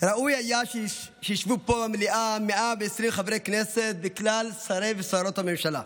ראוי היה שישבו פה במליאה 120 חברי הכנסת וכלל שרי ושרות הממשלה.